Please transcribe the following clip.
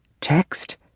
Text